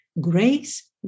Grace